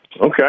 okay